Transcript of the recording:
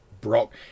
Brock